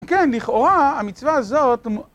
כן, לכאורה, המצווה הזאת...